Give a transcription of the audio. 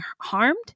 harmed